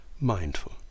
mindful